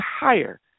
higher